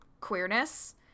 queerness